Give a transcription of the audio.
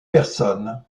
personnes